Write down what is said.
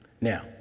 Now